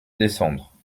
descendre